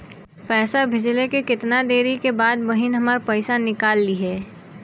पैसा भेजले के कितना देरी के बाद बहिन हमार पैसा निकाल लिहे?